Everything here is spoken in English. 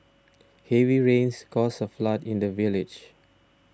heavy rains caused a flood in the village